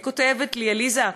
היא כותבת לי: עליזה,